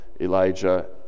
Elijah